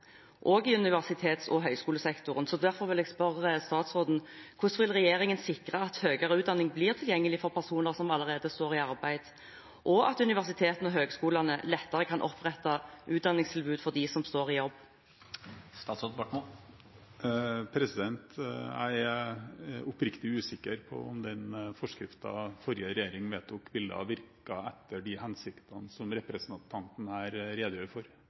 høyskolesektoren, så derfor vil jeg spørre statsråden: Hvordan vil regjeringen sikre at høyere utdanning blir tilgjengelig for personer som allerede står i arbeid, og at universitetene og høyskolene lettere kan opprette utdanningstilbud for dem som står i jobb? Jeg er oppriktig usikker på om den forskriften forrige regjering vedtok, ville ha virket etter de hensiktene som representanten her redegjør for.